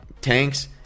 tanks